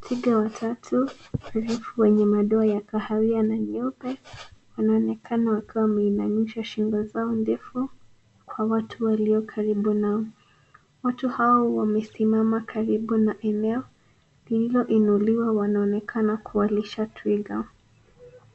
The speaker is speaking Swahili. Twiga watatu warefu wenye madoa ya kahawia na nyeupe, wanaonekana wakiwa wameinamisha shingo zao ndefu kwa watu walio karibu nao. Watu hao wamesimama karibu na eneo, lililoinuliwa wanaonekana kuwalisha twiga.